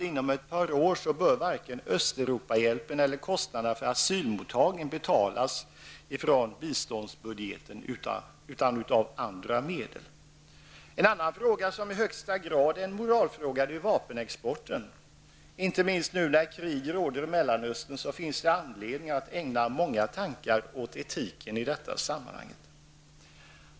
Inom ett par år bör varken Östeuropahjälpen eller kostnaderna för asylmottagningen betalas från biståndsbudgeten utan med andra medel. En annan fråga som i högsta grad är en moralfråga är ju vapenexporten. Detta gäller inte minst nu när krig råder i Mellanöstern. Då finns det anledning att ägna många tankar åt etiken i de sammanhangen.